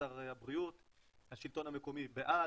השלטון המקומי בעד,